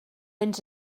ens